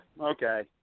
okay